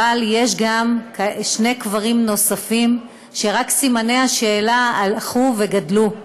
אבל יש גם שני קברים נוספים שסימני השאלה רק הלכו וגדלו: